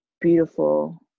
beautiful